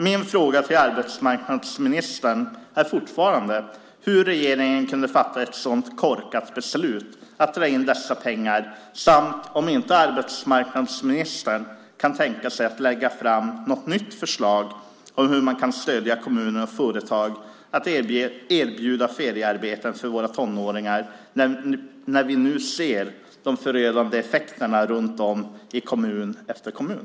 Min fråga till arbetsmarknadsministern är fortfarande hur regeringen kunde fatta en sådant korkat beslut att dra in dessa pengar samt om inte arbetsmarknadsministern kan tänka sig att lägga fram något nytt förslag till hur man kan stödja kommuner och företag att erbjuda feriearbeten för våra tonåringar. Vi ser nu de förödande effekterna runt om i kommun efter kommun.